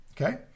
Okay